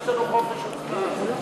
יש לנו חופש הצבעה.